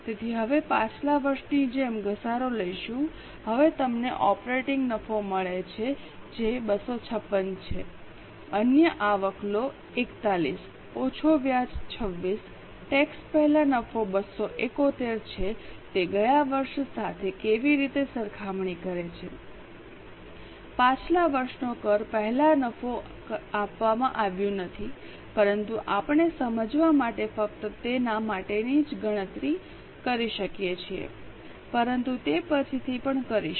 તેથી હવે પાછલા વર્ષની જેમ ઘસારો લઈશું હવે તમને ઓપરેટિંગ નફો મળે છે જે 256 છે અન્ય આવક લો 41 ઓછો વ્યાજ 26 ટેક્સ પહેલાં નફો 271 છે તે ગયા વર્ષ સાથે કેવી રીતે સરખામણી કરે છે પાછલા વર્ષનો કર પહેલાં નફો આપવામાં આવ્યું નથી પરંતુ આપણે સમજવા માટે ફક્ત તેના માટે જ તેની ગણતરી કરી શકીએ છીએ પરંતુ તે પછીથી પણ કરીશું